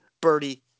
birdie